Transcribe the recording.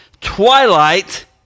Twilight